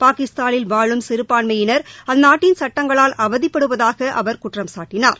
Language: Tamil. பாகிஸ்தானில் வாழும் சிறுபான்மையினர் அந்நாட்டின் சுட்டங்களால் அவதிப்படுவதாக அவர் குற்றம் சாட்டினார்